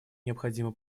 необходимы